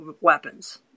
weapons